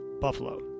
buffalo